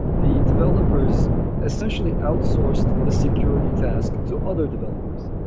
the developers essentially outsourced the security task to other developers.